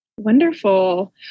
Wonderful